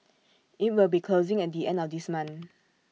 IT will be closing at the end of this month